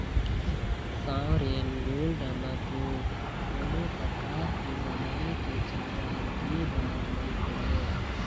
sovereign gold म तो कोनो परकार के बनाए के चारज दे बर नइ पड़य